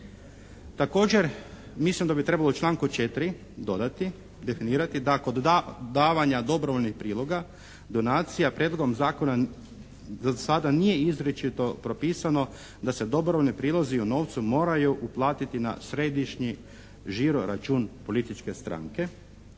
Također mislim da bi trebalo u članku 4. dodati, definirati da kod davanja dobrovoljnih priloga, donacija Prijedlogom zakona za sada nije izričito propisano da se dobrovoljni prilozi u novcu moraju uplatiti na središnji žiro-račun političke stranke.